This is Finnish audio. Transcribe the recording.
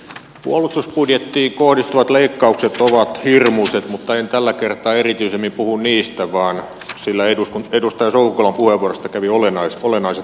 puolustusbudjettiin kohdistuvat leikkaukset ovat hirmuiset mutta en tällä kertaa erityisemmin puhu niistä sillä edustaja soukolan puheenvuorosta kävi olennaiset asiat ilmi